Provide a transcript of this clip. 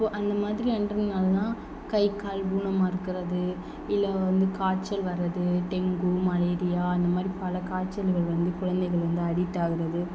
இப்போது அந்த மாதிரி அண்டனனாலதான் கை கால் ஊனமாக இருக்கிறது இல்லை வந்து காய்ச்சல் வர்றது டெங்கு மலேரியா அந்த மாதிரி பல காய்ச்சல்கள் வந்து குழந்தைகள் வந்து அடிக்ட் ஆகிறது